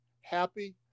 happy